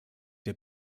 der